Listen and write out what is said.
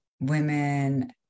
women